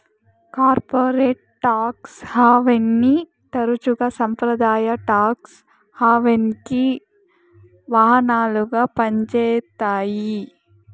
corporate tax హావెన్ని తరచుగా సంప్రదాయ టాక్స్ హావెన్కి వాహనాలుగా పంజేత్తాయి